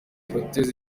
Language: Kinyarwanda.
protais